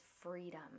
freedom